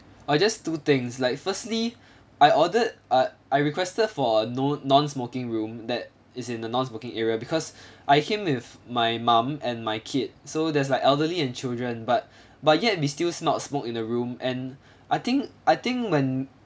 uh just two things like firstly I ordered uh I requested for no non-smoking room that is in the non-smoking area because I came with my mom and my kid so there's like elderly and children but but yet we still smelt smoke in the room and I think I think when